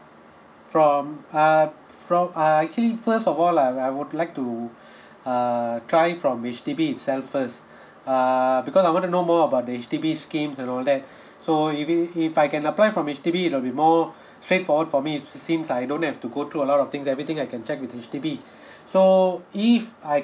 from uh from uh actually first of all I I would like to err try from H_D_B itself first err because I want to know more about the H_D_B schemes and all that so if if if I can apply from H_D_B it'll be more straightforward for me since I don't have to go through a lot of things everything I can check with H_D_B so if I